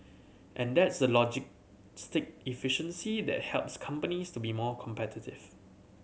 and that's the logistic efficiency that helps companies to be more competitive